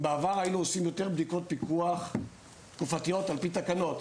אם בעבר היינו עושים יותר בדיקות פיקוח תקופתיות על פי תקנות,